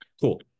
Cool